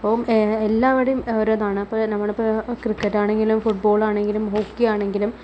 ഇപ്പോൾ എല്ലാവിടെയും ഓരോ ഇതാണ് ഇപ്പോൾ നമ്മളിപ്പോൾ ക്രിക്കറ്റാണെങ്കിലും ഫുട്ബാള് ആണെങ്കിലും ഹോക്കിയാണെങ്കിലും